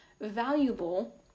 valuable